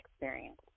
experience